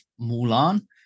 Mulan